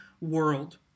world